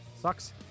sucks